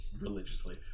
religiously